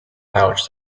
pouch